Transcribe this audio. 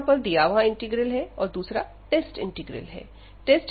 एक यहां पर दिया हुआ इंटीग्रल है और दूसरा टेस्ट इंटीग्रल है